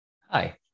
Hi